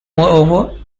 moreover